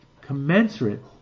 commensurate